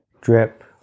drip